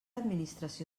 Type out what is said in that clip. administració